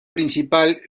principal